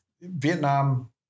Vietnam